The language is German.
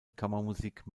kammermusik